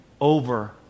over